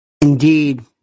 Indeed